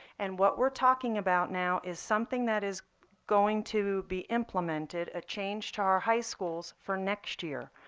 and what we're talking about now is something that is going to be implemented, a change to our high schools for next year.